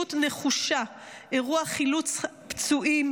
ברגישות נחושה אירוע חילוץ פצועים.